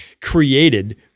created—